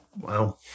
Wow